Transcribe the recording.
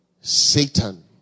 Satan